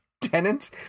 Tenant